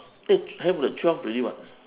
eh have leh twelve already [what]